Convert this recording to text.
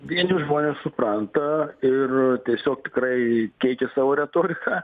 vieni žmonės supranta ir tiesiog tikrai keičia savo retoriką